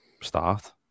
start